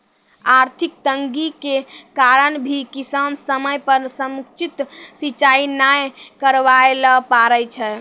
आर्थिक तंगी के कारण भी किसान समय पर समुचित सिंचाई नाय करवाय ल पारै छै